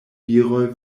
viroj